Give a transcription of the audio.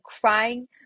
crying